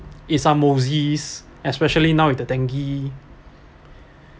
eat some moses especially now with the dengue